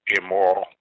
immoral